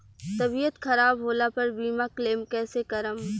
तबियत खराब होला पर बीमा क्लेम कैसे करम?